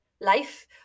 life